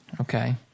Okay